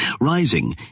Rising